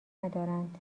ندارند